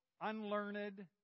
unlearned